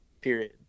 Period